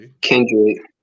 Kendrick